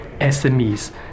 SMEs